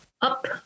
up